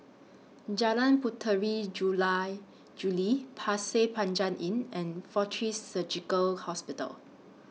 Jalan Puteri Jula Juli Pasir Panjang Inn and Fortis Surgical Hospital